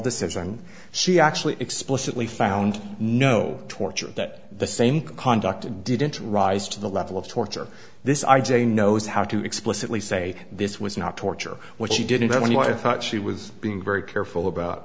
decision she actually explicitly found no torture that the same conduct didn't rise to the level of torture this i j knows how to explicitly say this was not torture what she didn't tell you i thought she was being very careful about